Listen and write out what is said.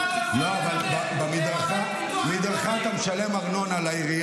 המדינה לא יכולה לממן פיתוח --- על מדרכה אתה משלם ארנונה לעירייה,